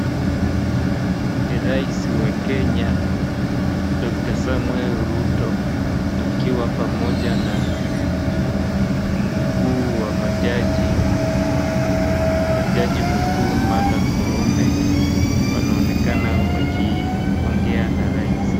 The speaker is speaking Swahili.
Ni rais wa Kenya Dr Samoei Ruto akiwa pamoja na mkuu wa majaji, jaji mkuu Martha Koome wanaonekana wakiongea na rais.